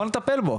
בואו נטפל בו'.